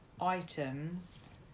items